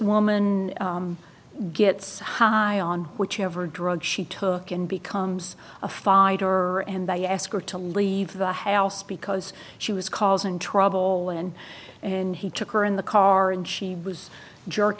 woman gets high on whichever drug she took and becomes a fighter and they ask her to leave the house because she was causing trouble and and he took her in the car and she was jerk